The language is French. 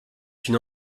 une